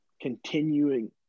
continuing